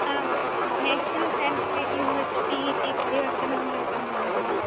आम् national Sanskrit university इति परिवर्तनं जातं महोदय